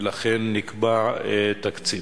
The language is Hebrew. ולכן נקבע תקציב.